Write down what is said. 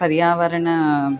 पर्यावरणम्